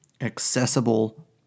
accessible